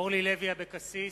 אורלי לוי אבקסיס,